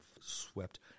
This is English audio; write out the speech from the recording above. swept